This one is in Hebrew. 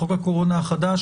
בחוק הקורונה החדש